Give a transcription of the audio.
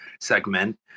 segment